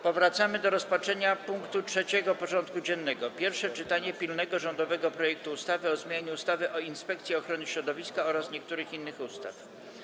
Powracamy do rozpatrzenia punktu 3. porządku dziennego: Pierwsze czytanie pilnego rządowego projektu ustawy o zmianie ustawy o Inspekcji Ochrony Środowiska oraz niektórych innych ustaw.